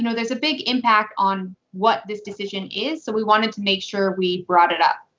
you know there's a big impact on what this decision is, so we wanted to make sure we brought it up.